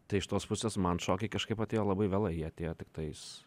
tai iš tos pusės man šokiai kažkaip atėjo labai vėlai jie atėjo tiktais